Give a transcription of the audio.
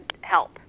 Help